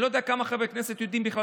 אני לא יודע כמה חברי כנסת יודעים בכלל